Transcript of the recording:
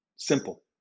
Simple